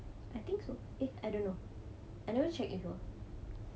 I think so eh I don't know I never check at all